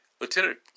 Lieutenant